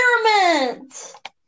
experiment